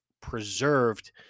preserved